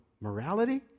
morality